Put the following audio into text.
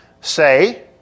say